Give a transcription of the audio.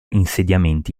insediamenti